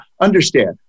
understand